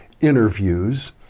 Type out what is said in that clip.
interviews